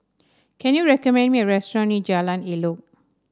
can you recommend me a restaurant near Jalan Elok